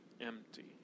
empty